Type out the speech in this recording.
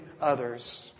others